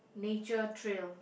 nature trail